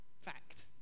Fact